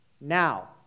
now